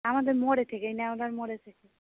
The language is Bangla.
আমাদের মোড়ের থেকেই নেওয়া আমাদের মোড়ের থেকে